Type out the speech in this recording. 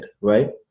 right